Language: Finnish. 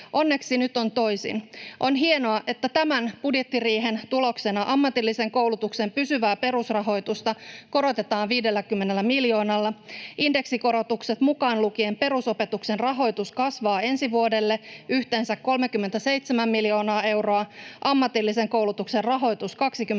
Onneksi nyt on toisin. On hienoa, että tämän budjettiriihen tuloksena ammatillisen koulutuksen pysyvää perusrahoitusta korotetaan 50 miljoonalla. Indeksikorotukset, mukaan lukien perusopetuksen rahoitus, kasvavat ensi vuodelle yhteensä 37 miljoonaa euroa, ammatillisen koulutuksen rahoitus 22 miljoonaa